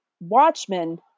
Watchmen